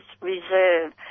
reserve